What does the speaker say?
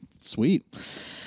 sweet